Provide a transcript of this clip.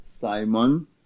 Simon